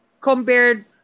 compared